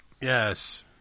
Yes